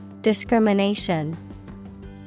Discrimination